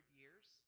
years